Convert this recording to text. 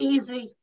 Easy